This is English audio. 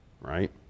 Right